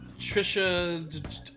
Trisha